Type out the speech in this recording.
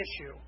issue